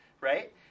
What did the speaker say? right